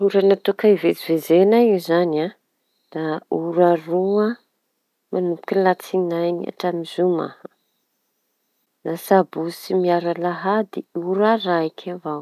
Ora tokony hivezivzeny iñy izañy a! Da ora roa, manomboky latsinaiñy hatramiñy zoma; da sabotsy miaro alahady ora raiky avao.